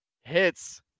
hits